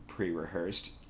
pre-rehearsed